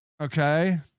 Okay